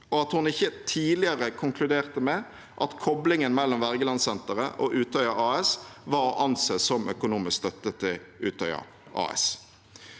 hun ikke tidligere konkluderte med at koblingen mellom Wergelandsenteret og Utøya AS var å anse som økonomisk støtte til Utøya AS.